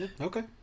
okay